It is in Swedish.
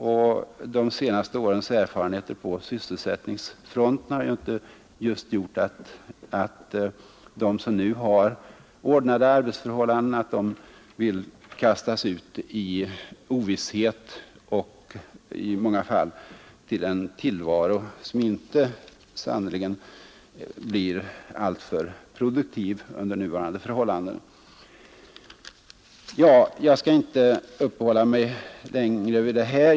Och de senaste årens erfarenheter på sysselsättningsfronten har just inte gjort att de som nu har ordnade arbetsförhållanden vill kastas ut i ovisshet och i många fall till en tillvaro som sannerligen inte blir alltför produktiv under nuvarande förhållanden. Jag skall inte uppehålla mig längre vid detta.